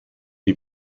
die